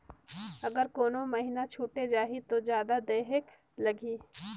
अगर कोनो महीना छुटे जाही तो जादा देहेक लगही?